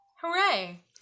Hooray